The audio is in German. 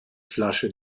flasche